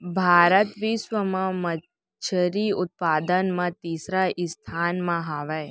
भारत बिश्व मा मच्छरी उत्पादन मा तीसरा स्थान मा हवे